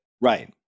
right